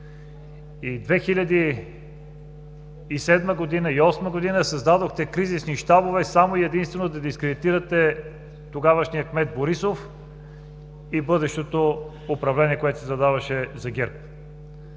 2007 г. и 2008 г. създадохте кризисни щабове само и единствено, за да дискредитирате тогавашния кмет Борисов и бъдещото управление, което се задаваше за ГЕРБ.